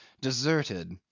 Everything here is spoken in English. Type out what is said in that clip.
deserted